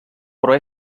però